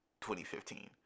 2015